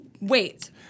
Wait